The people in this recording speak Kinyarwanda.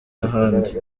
ahandi